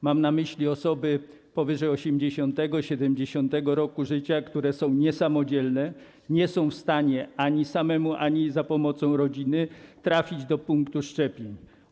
Mam na myśli osoby powyżej 80., 70. roku życia, które są niesamodzielne, nie są w stanie ani same, ani z pomocą rodziny trafić do punktu szczepień.